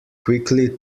quickly